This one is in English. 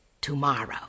tomorrow